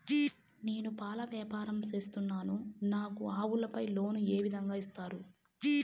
నేను పాల వ్యాపారం సేస్తున్నాను, నాకు ఆవులపై లోను ఏ విధంగా ఇస్తారు